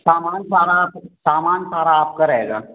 सामान सारा सामान सारा आपका रहेगा